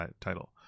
title